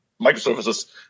microservices